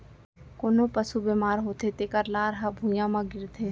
कोनों पसु बेमार होथे तेकर लार ह भुइयां म गिरथे